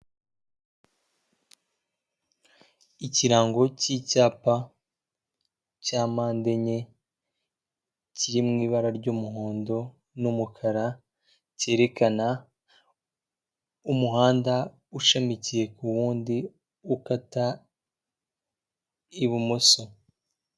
Ikirango cy'icyapa cya mpande enye, kiri mu ibara ry'umuhondo n'umukara, cyerekana umuhanda ushamikiye ku wundi, ukata ibumoso.